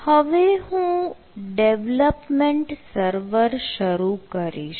હવે હું development server શરૂ કરીશ